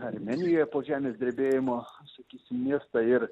armėnijoje po žemės drebėjimo sakysim miestą ir